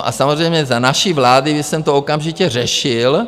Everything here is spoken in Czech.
A samozřejmě za naší vlády jsem to okamžitě řešil.